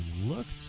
looked